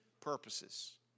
purposes